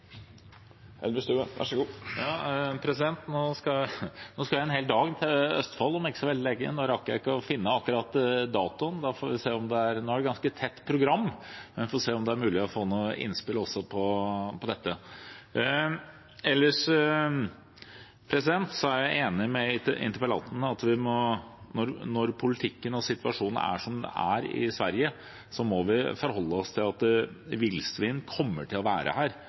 Nå skal jeg en hel dag til Østfold om ikke så veldig lenge. Nå rakk jeg ikke å finne akkurat datoen, og det er ganske tett program, men vi får se om det er mulig å få noen innspill også til dette. Ellers er jeg enig med interpellanten i at når politikken og situasjonen er som den er i Sverige, må vi forholde oss til at det kommer til å være villsvin her,